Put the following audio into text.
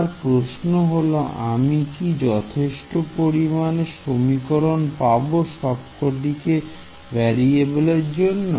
আমার প্রশ্ন হল আমি কি যথেষ্ট পরিমাণের সমীকরণ পাব সবকটি ভেরিয়েবলের জন্য